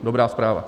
Dobrá zpráva.